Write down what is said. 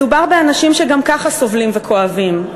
מדובר באנשים שגם ככה סובלים וכואבים,